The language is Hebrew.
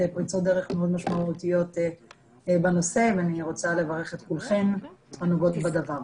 פריצות דרך מאוד משמעותיות בנושא ואני רוצה לברך את כולכן הנוגעות בדבר.